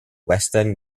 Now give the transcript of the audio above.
western